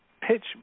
pitch